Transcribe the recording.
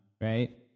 right